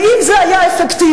ואם זה היה אפקטיבי,